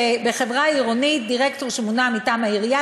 שבחברה עירונית דירקטור שמונה מטעם העירייה